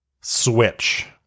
switch